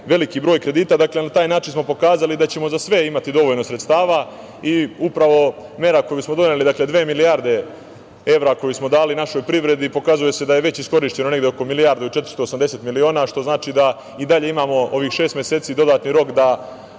veliki broj kredita. Dakle, na taj način smo pokazali da ćemo za sve imati dovoljno sredstava. Upravo mera koju smo doneli, dakle dve milijarde evra koju smo dali našoj privredi pokazuje se da je već iskorišćeno negde oko milijardu i 480 miliona, što znači da i dalje imamo ovih šest meseci dodatni rok da